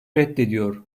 reddediyor